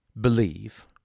believe